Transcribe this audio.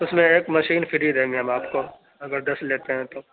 اُس میں ایک مشین فری دیں گے ہم آپ کو اگر دس لیتے ہیں تو